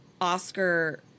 oscar